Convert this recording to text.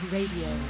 Radio